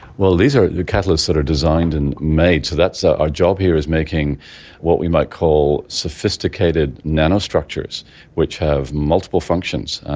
well, these are the catalysts that are designed and made, so our job here is making what we might call sophisticated nanostructures which have multiple functions,